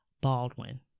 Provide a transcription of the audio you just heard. Baldwin